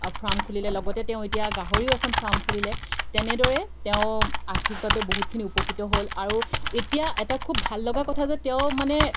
farm খুলিলে লগতে তেওঁ এতিয়া গাহৰিও এখন ফাৰ্ম খুলিলে তেনেদৰে তেওঁ আৰ্থিকভাৱে বহুতখিনি উপকৃত হ'ল আৰু এতিয়া এটা খুব ভাল লগা কথা যে তেওঁ মানে